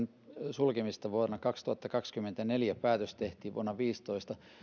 sulkemisesta vuonna kaksituhattakaksikymmentäneljä tehtiin vuonna kaksituhattaviisitoista